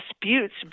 disputes